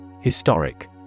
Historic